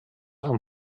amb